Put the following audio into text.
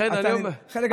חלק גדול זה נמצא בזכותו.